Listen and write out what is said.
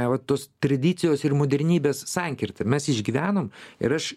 vat tos tradicijos ir modernybės sankirta mes išgyvenom ir aš